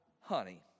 honey